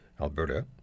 Alberta